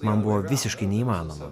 man buvo visiškai neįmanoma